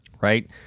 Right